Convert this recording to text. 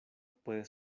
puede